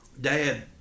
dad